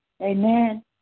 Amen